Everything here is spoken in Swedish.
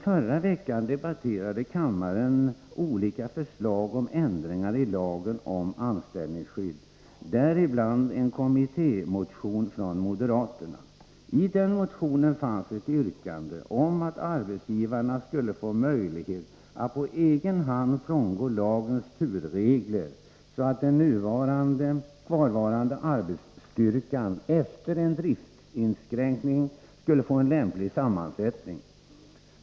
Förra veckan debatterade kammaren olika förslag om ändringar i lagen om anställningsskydd, däribland en kommittémotion från moderaterna. I den motionen fanns ett yrkande om att arbetsgivarna skulle få möjlighet att på egen hand frångå lagens turordningsregler, så att den kvarvarande arbetsstyrkan efter en driftsinskränkning skulle få en lämplig sammansättning.